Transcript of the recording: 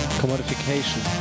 commodification